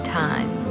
time